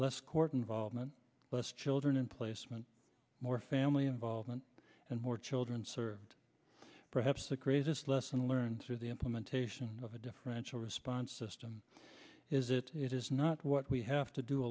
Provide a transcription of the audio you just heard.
less court involvement less children in placement more family involvement and more children served perhaps the greatest lesson learned through the implementation of a differential response system is it it is not what we have to do